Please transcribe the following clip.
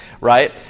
right